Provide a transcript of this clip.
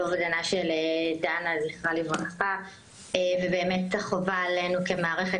על אובדנה של דנה - זכרה לברכה - והחובה עלינו כמערכת